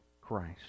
Christ